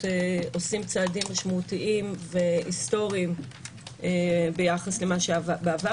עושות צעדים משמעותיים והיסטוריים ביחס למה שהיה בעבר,